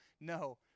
no